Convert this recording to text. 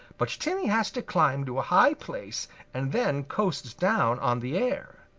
but timmy has to climb to a high place and then coasts down on the air.